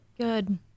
Good